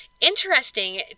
interesting